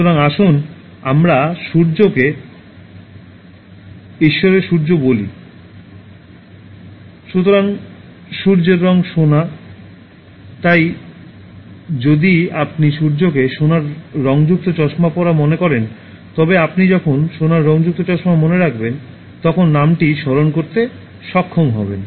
সুতরাং আসুন আমরা সূর্যকে ঈশ্বরের সূর্য বলি সুতরাং সূর্যের রঙ সোনার তাই যদি আপনি সূর্যকে সোনার রঙযুক্ত চশমা পরা মনে করেন তবে আপনি যখন সোনার রঙযুক্ত চশমা মনে রাখবেন তখন নামটি স্মরণ করতে সক্ষম হবেন